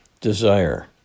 desire